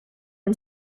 and